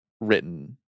written